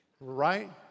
Right